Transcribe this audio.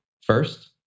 first